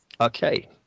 okay